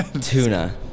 Tuna